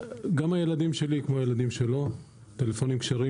גם לילדים שלי כמו לילדים שלו יש טלפונים כשרים.